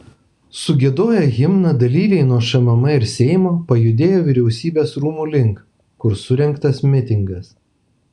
sugiedoję himną dalyviai nuo šmm ir seimo pajudėjo vyriausybės rūmų link kur surengtas mitingas